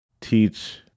teach